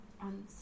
on